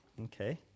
okay